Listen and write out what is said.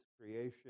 creation